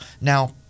Now